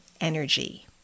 energy